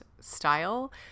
style